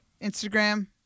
Instagram